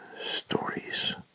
stories